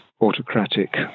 autocratic